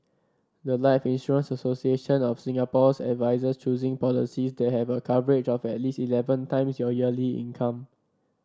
the life Insurance Association of Singapore's advises choosing policies that have a coverage of at least eleven times your yearly income